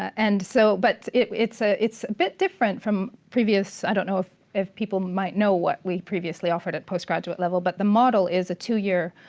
and so but it's ah a bit different from previous, i don't know if if people might know what we previously offered at post-graduate level, but the model is a two year